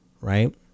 right